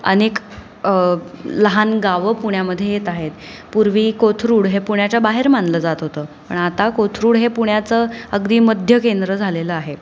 अनेक लहान गावं पुण्यामध्ये येत आहेत पूर्वी कोथरूड हे पुण्याच्या बाहेर मानलं जात होतं पण आता कोथरूड हे पुण्याचं अगदी मध्य केंद्र झालेलं आहे